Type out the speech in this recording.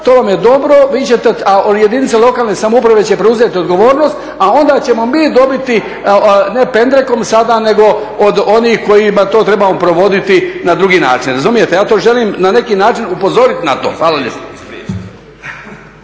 to vam je dobro, a jedinice lokalne samouprave će preuzeti odgovornost, a onda ćemo mi dobiti ne pendrekom sada nego od onih kojima to trebamo provoditi na drugi način. Razumijete? Ja to želim na neki način upozoriti na to.